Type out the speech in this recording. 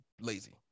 lazy